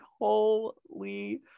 holy